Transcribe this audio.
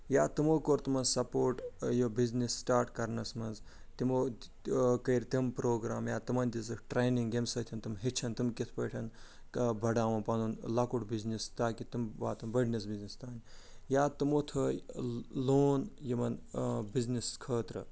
یا تِمو کوٚر تِمن سپوٹ یہِ بِزنِس سِٹاٹ کرنس مںٛز تِمو کٔرۍ تِم پرٛوگرٛام یا تِمن دِژٕکھ ٹرٛٮ۪نِنٛگ ییٚمہِ سۭتۍ تِم ہیٚچھن تِم کِتھ پٲٹھۍ بڑاوُن پنُن لۄکُٹ بِزنِس تاکہِ تِم واتن بٔڑنِس بِزنس تام یا تِمو تھٲے لون یِمن بِزنِس خٲطرٕ